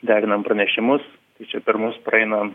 derinam pranešimus tai čia per mus praeina